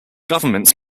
governments